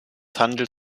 handelt